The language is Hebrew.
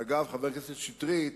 אגב, חבר הכנסת שטרית,